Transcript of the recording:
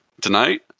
Tonight